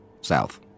South